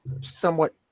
somewhat